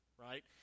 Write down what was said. right